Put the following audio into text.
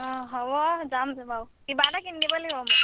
অঁ হ'ব যামগৈ বাৰু কিবা এটা কিনি দিব লাগিব মোক